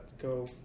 go